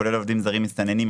כולל עובדים זרים מסתננים,